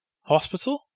hospital